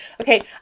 okay